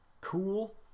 cool